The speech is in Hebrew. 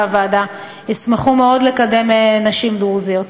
הוועדה ישמחו מאוד לקדם נשים דרוזיות.